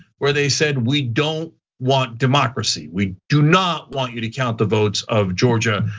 where they said we don't want democracy. we do not want you to count the votes of georgia,